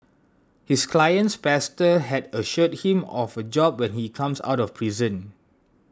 his client's pastor has assured him of a job when he comes out of prison